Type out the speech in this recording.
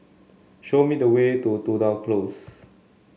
show me the way to Tudor Close